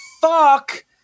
fuck